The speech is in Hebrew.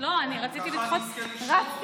ככה אני אזכה לשמוע אותך.